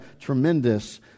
tremendous